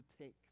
take